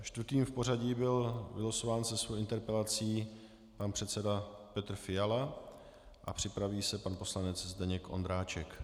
Čtvrtým v pořadí byl vylosován se svou interpelací pan předseda Petr Fiala a připraví se pan poslanec Zdeněk Ondráček.